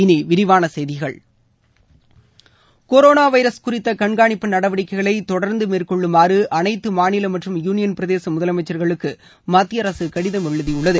இனி விரிவான செய்திகள் கொரோனா வைரஸ் குறித்த கண்காணிப்பு நடவடிக்கைகளை தொடர்ந்து மேற்கொள்ளுமாறு அனைத்து மாநில மற்றும் யுளியன் பிரதேச முதலமைச்சர்களுக்கு மத்திய அரசு கடிதம் எழுதியுள்ளது